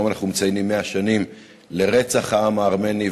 היום אנחנו מציינים 100 שנים לרצח העם הארמני,